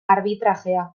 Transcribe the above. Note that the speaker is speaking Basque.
arbitrajea